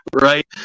Right